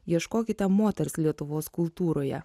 ieškokite moters lietuvos kultūroje